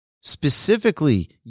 specifically